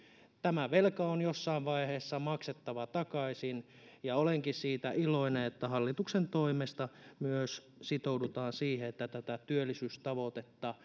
tämä velka on jossain vaiheessa maksettava takaisin ja olenkin siitä iloinen että hallituksen toimesta myös sitoudutaan siihen että tätä työllisyystavoitetta